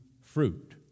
fruit